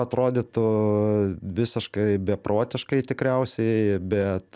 atrodytų visiškai beprotiškai tikriausiai bet